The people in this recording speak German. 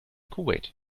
kuwait